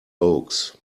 oaks